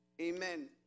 Amen